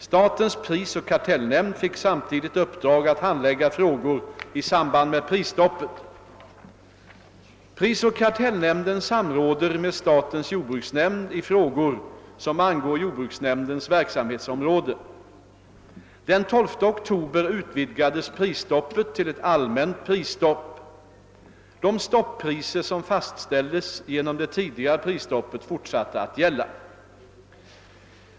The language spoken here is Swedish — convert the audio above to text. Statens prisoch kartellnämnd fick samtidigt uppdrag att handlägga frågor i samband med prisstoppet. Prisoch kartellnämnden samråder med statens jordbruksnämnd i frågor som angår jordbruksnämndens verksamhetsområde. Den 12 oktober utvidgades prisstoppet till ett allmänt prisstopp. De stoppriser som fastställdes genom det tidigare prisstoppet fortsatte att gälla.